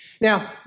Now